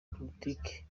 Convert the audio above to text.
politike